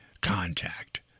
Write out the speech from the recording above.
contact